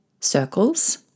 circles